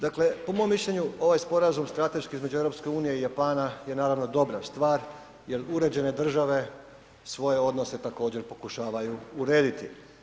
Dakle po mom mišljenju ovaj sporazum strateški između EU i Japana je naravno dobra stvar jer uređene države svoje odnose također pokušavaju urediti.